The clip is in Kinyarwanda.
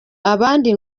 abandi